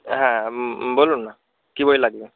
হ্যাঁ বলুন না কী বই লাগবে